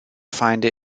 feinde